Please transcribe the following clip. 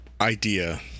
idea